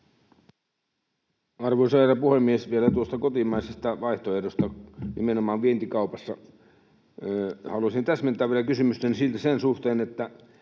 Arvoisa herra puhemies! Vielä tuosta kotimaisesta vaihtoehdosta nimenomaan vientikaupassa. Haluaisin täsmentää vielä kysymystäni sen suhteen, että